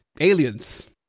aliens